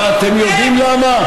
ואתם יודעים למה?